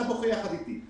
אתה בוכה יחד אתי.